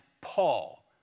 Paul